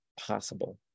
possible